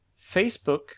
Facebook